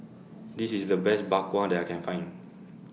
This IS The Best Bak Kwa that I Can Find